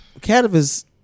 cannabis